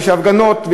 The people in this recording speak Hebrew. של הפגנות,